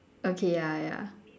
okay ya ya